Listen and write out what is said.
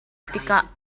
tikah